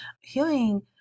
healing